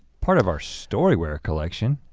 part of our storywear collection.